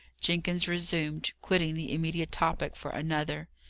jenkins resumed, quitting the immediate topic for another.